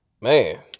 man